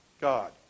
God